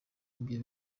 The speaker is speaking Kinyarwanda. ibyo